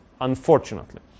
Unfortunately